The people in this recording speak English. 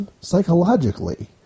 psychologically